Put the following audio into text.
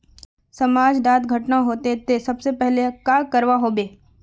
समाज डात घटना होते ते सबसे पहले का करवा होबे?